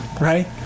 right